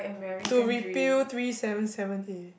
to repeal three seven seven A